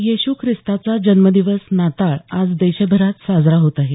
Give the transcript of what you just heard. येशू ख्रिस्ताचा जन्मदिवस नाताळ आज देशभरात साजरा होत आहे